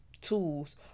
tools